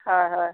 হয় হয়